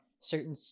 certain